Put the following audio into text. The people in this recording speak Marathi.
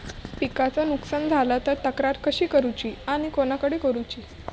पिकाचा नुकसान झाला तर तक्रार कशी करूची आणि कोणाकडे करुची?